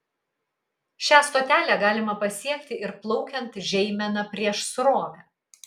šią stotelę galima pasiekti ir plaukiant žeimena prieš srovę